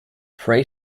pray